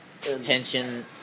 pension